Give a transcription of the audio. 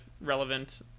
relevant